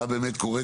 מה באמת קורה,